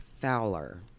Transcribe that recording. Fowler